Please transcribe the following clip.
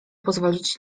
pozwolić